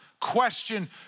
question